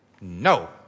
no